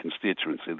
constituency